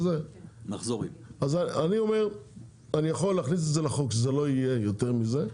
אני יכול להכניס את זה לחוק שזה לא יהיה יותר מזה.